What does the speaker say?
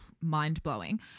mind-blowing